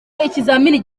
ikizamini